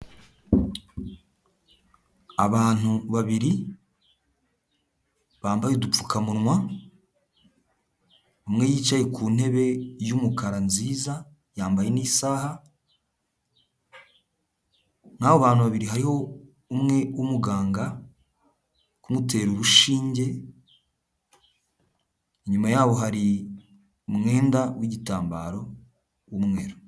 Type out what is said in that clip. Abantu babiri bambaye udupfukamunwa, umwe yicaye ku ntebe y'umukara nziza yambaye n'isaha, nabo bantu babiri hariho umwe w'umuganga, kumutera urushinge inyuma yaho hari umwenda w'igitambaro w'umweru.